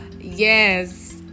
Yes